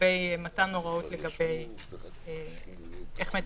לגבי מתן הוראות איך מטפלים.